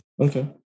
Okay